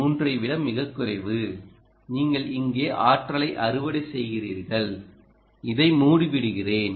3 ஐ விட மிகக் குறைவு நீங்கள் இங்கே ஆற்றலை அறுவடை செய்கிறீர்கள் இதை மூடிவிடுகிறேன்